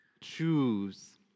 Choose